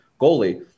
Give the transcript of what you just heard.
goalie